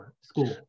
school